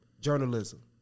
journalism